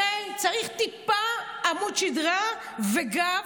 צריך טיפה עמוד שדרה וגב,